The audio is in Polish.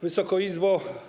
Wysoka Izbo!